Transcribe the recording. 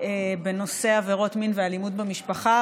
בנושא עבירות מין ואלימות במשפחה.